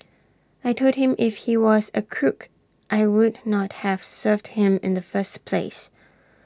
I Told him if he was A crook I would not have served him in the first place